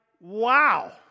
wow